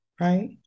right